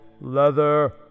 leather